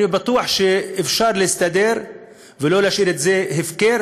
אני בטוח שאפשר להסתדר ולא להשאיר הפקר